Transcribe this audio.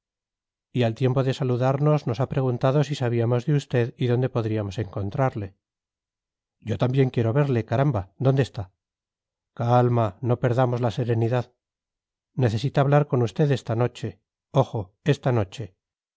y al tiempo de saludarnos nos ha preguntado si sabíamos de usted y dónde podríamos encontrarle yo también quiero verle caramba dónde está calma no perdamos la serenidad necesita hablar con usted esta noche ojo esta noche